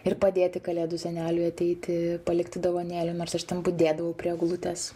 ir padėti kalėdų seneliui ateiti palikti dovanėlę nors aš ten budėdavau prie eglutės